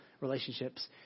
relationships